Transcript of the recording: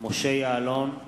משה יעלון,